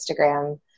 Instagram